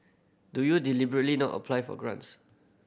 do you deliberately not apply for grants